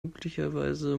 üblicherweise